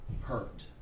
hurt